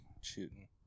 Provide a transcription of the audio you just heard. shooting